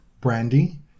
Brandy